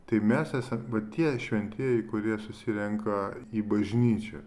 tai mes esam va tie šventieji kurie susirenka į bažnyčią